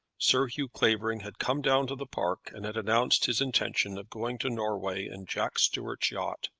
sir hugh clavering had come down to the park, and had announced his intention of going to norway in jack stuart's yacht.